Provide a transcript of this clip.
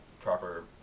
proper